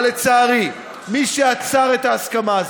אבל לצערי, מי שעצר את ההסכמה הזאת,